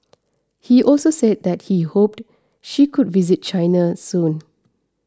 he also said that he hoped she could visit China soon